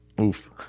oof